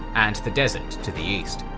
and the desert to the east.